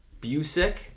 Busick